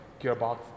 gearbox